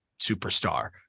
superstar